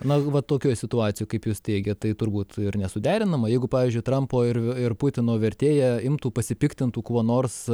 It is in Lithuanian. na va tokioj situacijoj kaip jūs teigiat tai turbūt ir nesuderinama jeigu pavyzdžiui trampo ir ir putino vertėja imtų pasipiktintų kuo nors